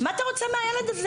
מה אתה רוצה מהילד הזה?